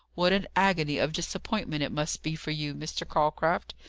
what an agony of disappointment it must be for you, mr. calcraft!